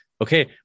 okay